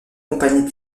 compagnie